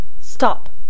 Stop